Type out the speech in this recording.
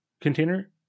container